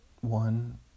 one